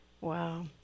Wow